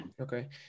Okay